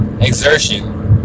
exertion